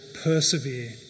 persevere